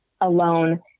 alone